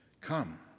come